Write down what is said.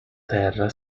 terra